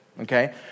okay